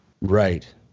Right